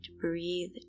breathe